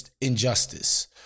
injustice